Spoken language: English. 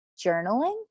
journaling